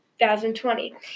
2020